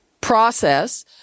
process